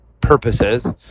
purposes